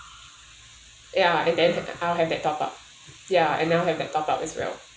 ya and then I'll have that top up ya and then I'll have that top up as well